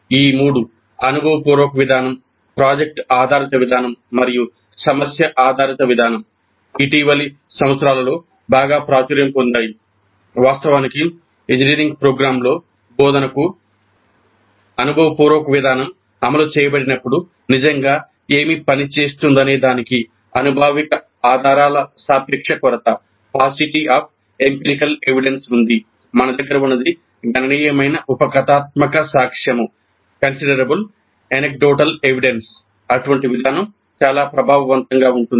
ఈ మూడు అటువంటి విధానం చాలా ప్రభావవంతంగా ఉంటుంది